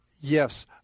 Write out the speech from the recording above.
yes